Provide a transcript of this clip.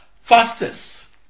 fastest